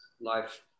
life